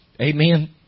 Amen